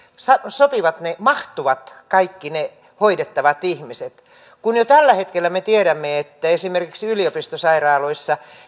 mahtuvat kaikki ne hoidettavat ihmiset jo tällä hetkellä me tiedämme että esimerkiksi yliopistosairaaloihin